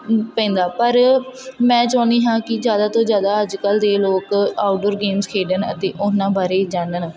ਪੈਂਦਾ ਪਰ ਮੈਂ ਚਾਹੁੰਦੀ ਹਾਂ ਕਿ ਜ਼ਿਆਦਾ ਤੋਂ ਜ਼ਿਆਦਾ ਅੱਜ ਕੱਲ੍ਹ ਦੇ ਲੋਕ ਆਊਟਡੋਰ ਗੇਮਸ ਖੇਡਣ ਅਤੇ ਉਹਨਾਂ ਬਾਰੇ ਜਾਨਣ